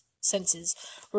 senses